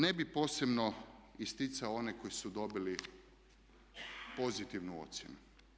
Ne bih posebno isticao one koji su dobili pozitivnu ocjenu.